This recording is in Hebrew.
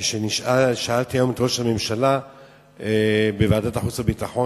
כששאלתי היום את ראש הממשלה בוועדת החוץ והביטחון,